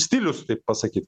stilius tai pasakyt